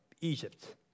Egypt